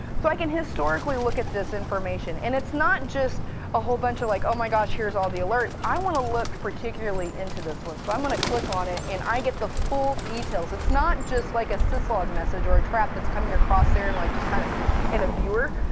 so i can historically look at this information. and it's not just a whole bunch of like oh my gosh, here's all the alerts. i want to look particularly into this one, so i'm going to click on it, and i get the full details, it's not just like a syslog message, or a trap that's coming across there, in like kind of a viewer,